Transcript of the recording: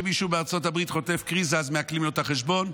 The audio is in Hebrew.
שמישהו בארצות הברית חוטף קריזה אז מעקלים לו את החשבון,